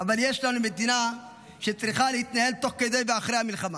אבל יש לנו מדינה שצריכה להתנהל תוך כדי ואחרי המלחמה.